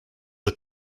the